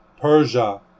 Persia